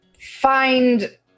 find